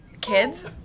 Kids